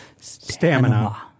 Stamina